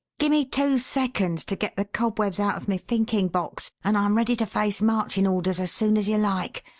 gimme two seconds to get the cobwebs out of my thinking-box and i'm ready to face marching orders as soon as you like.